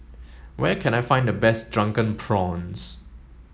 where can I find the best drunken prawns